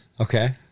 Okay